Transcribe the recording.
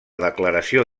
declaració